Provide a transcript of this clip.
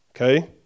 Okay